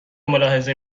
ملاحظه